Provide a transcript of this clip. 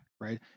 right